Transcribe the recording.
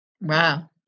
Wow